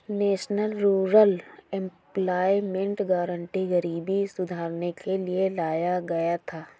national rural employment guarantee गरीबी सुधारने के लिए लाया गया था